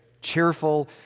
cheerful